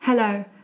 Hello